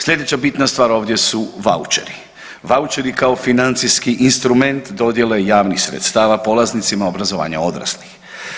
Sljedeća bitna stvar ovdje su vaučeri, vaučeri kao financijski instrument dodjele javnih sredstava polaznicima obrazovanja odraslih.